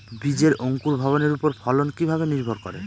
বীজের অঙ্কুর ভবনের ওপর ফলন কিভাবে নির্ভর করে?